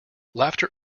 laughter